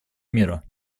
мира